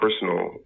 personal